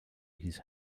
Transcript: his